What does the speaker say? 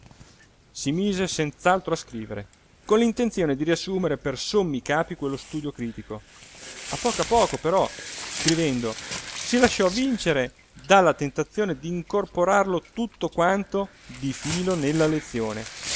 si mise senz'altro a scrivere con l'intenzione di riassumere per sommi capi quello studio critico a poco a poco però scrivendo si lasciò vincere dalla tentazione d'incorporarlo tutto quanto di filo nella lezione